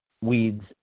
weeds